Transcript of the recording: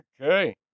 Okay